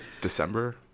December